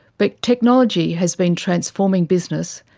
but technology has been transforming business,